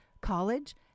College